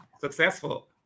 successful